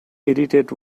edited